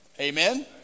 amen